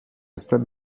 stade